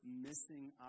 missing